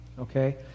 okay